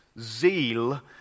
zeal